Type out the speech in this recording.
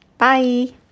Bye